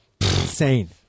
insane